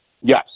Yes